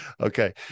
okay